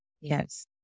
Yes